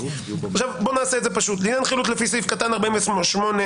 שיהיה מובן,